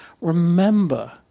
Remember